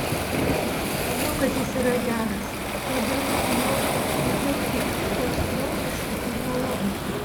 maniau kad jis yra geras todėl su juo elgiausi ypač draugiškai ir maloniai